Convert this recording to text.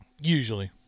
Usually